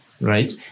right